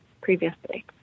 previously